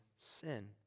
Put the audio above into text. sin